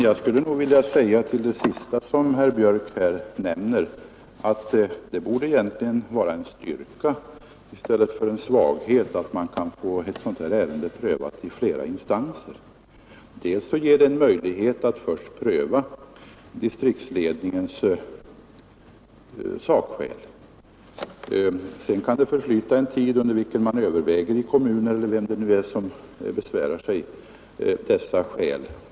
Herr talman! Till det sista herr Björck nämnde vill jag säga att det egentligen borde vara en styrka i stället för en svaghet att man kan få ett sådant här ärende prövat i flera instanser. Först har man möjlighet att pröva distriktsledningens sakskäl. Sedan kan man under en tid i kommunen - eller vem det nu är som besvärar sig — överväga dessa skäl.